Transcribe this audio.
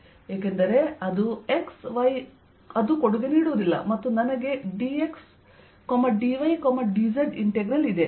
ಏಕೆಂದರೆ ಅದು x y ಅದು ಕೊಡುಗೆ ನೀಡುವುದಿಲ್ಲ ಮತ್ತು ನನಗೆ dx dy dz ಇಂಟೆಗ್ರಲ್ ಇದೆ